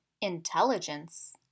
intelligence